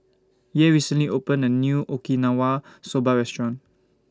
Yair recently opened A New Okinawa Soba Restaurant